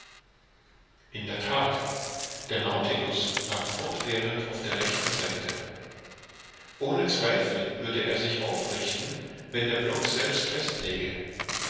in der that der nautilus lag fortwährend auf der rechten seite ohne zweifel würde er sich aufrichten wenn der block selbst fest